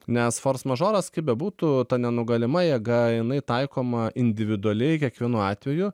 nes fors mažras kaip bebūtų ta nenugalima jėga jinai taikoma individualiai kiekvienu atveju